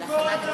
45 חברי כנסת.